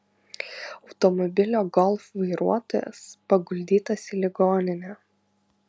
automobilio golf vairuotojas paguldytas į ligoninę